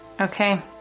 Okay